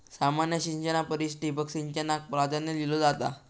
सामान्य सिंचना परिस ठिबक सिंचनाक प्राधान्य दिलो जाता